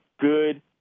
good